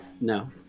no